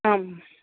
आं